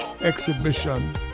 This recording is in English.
exhibition